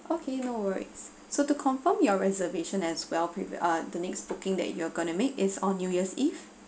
okay no worries so to confirm your reservation as well we weill uh the next booking that you are going to make is on new year's eve